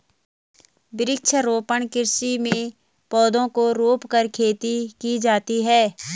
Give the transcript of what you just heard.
वृक्षारोपण कृषि में पौधों को रोंपकर खेती की जाती है